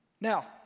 Now